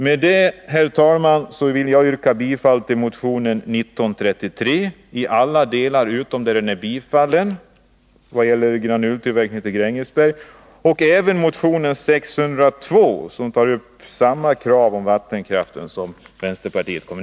Med det anförda, herr talman, vill jag yrka bifall till motionen 1933 i alla delar utöver dem som är tillstyrkta av utskottet samt till motionen 602.